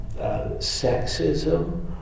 sexism